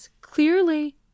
Clearly